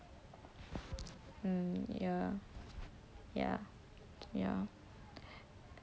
hmm ya ya